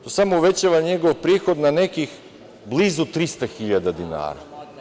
To samo uvećava njegov prihod na nekih blizu 300.000 dinara.